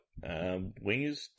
Wingers